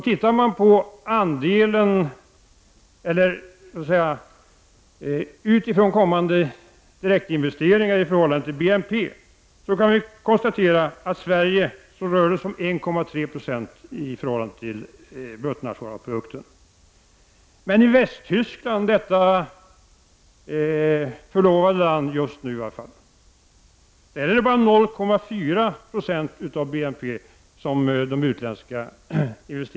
Det kan konstateras att utländska investeringar i Sverige uppgår till 1,3 26 i förhållande till BNP. I det just nu förlovade landet Västtyskland är motsvarande tal bara 0,4 96.